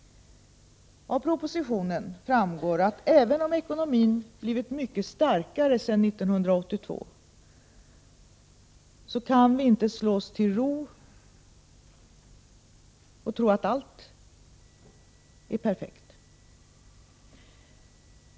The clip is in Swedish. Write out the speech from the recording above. Av propositionen framgår att även om ekonomin blivit mycket starkare sedan 1982, så kan vi inte slå oss till ro och tro att allt är perfekt.